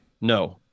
No